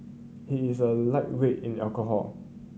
he is a lightweight in the alcohol